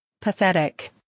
Pathetic